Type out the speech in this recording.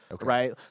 right